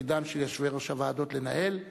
תפקידם של יושבי-ראש הוועדות לנהל.